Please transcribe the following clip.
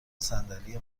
صندلی